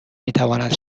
میتواند